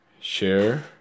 share